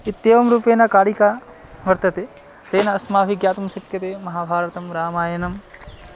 इत्येवं रूपेण कारिका वर्तते तेन अस्माभिः ज्ञातुं शक्यते महाभारतं रामायणं